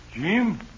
Jim